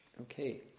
Okay